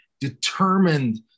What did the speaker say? determined